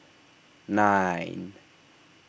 nine